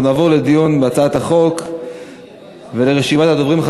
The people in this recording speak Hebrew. אנחנו נעבור לדיון בהצעת החוק ולרשימת הדוברים.